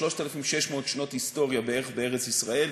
3,600 שנות היסטוריה בערך בארץ-ישראל,